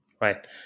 right